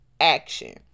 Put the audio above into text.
action